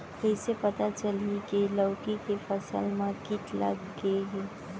कइसे पता चलही की लौकी के फसल मा किट लग गे हे?